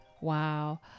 Wow